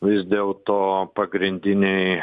vis dėlto pagrindiniai